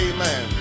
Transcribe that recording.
Amen